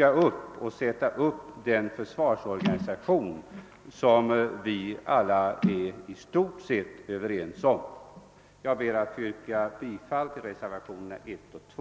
uppbyggandet av den försvarsorganisation som vi alla i stort sett är överens om. Herr talman! Jag ber att få yrka bi-, fall till reservationerna 1 och 2.